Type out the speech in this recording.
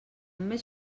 més